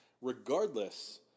regardless